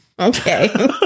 Okay